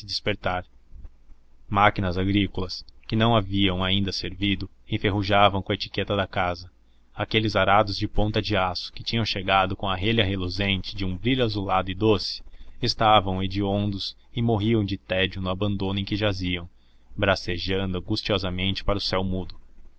despertar máquinas agrícolas que não haviam ainda servido enferrujavam com a etiqueta da casa aqueles arados de ponta de aço que tinham chegado com a relva reluzente de um brilho azulado e doce estavam hediondos e morriam de tédio no abandono em que jaziam bracejando angustiosamente para o céu mudo